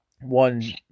one